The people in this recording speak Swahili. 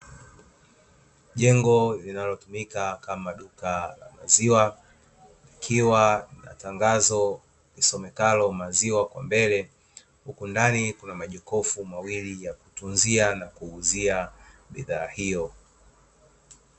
Jengo linalotumika kama duka la maziwa likiwa na tangazo lisomekalo maziwa kwa mbele, huku ndani kuna majokofu mawili ya kutunzia na kuuzia bidhaa hiyo.